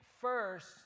first